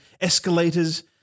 escalators